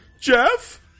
Jeff